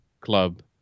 club